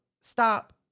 stop